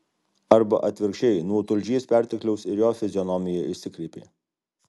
arba atvirkščiai nuo tulžies pertekliaus ir jo fizionomija išsikreipė